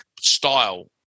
style